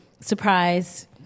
surprise